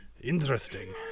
interesting